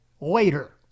later